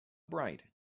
bright